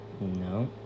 No